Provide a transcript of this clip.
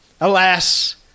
Alas